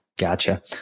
Gotcha